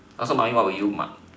also mummy what would you mark